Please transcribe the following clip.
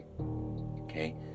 Okay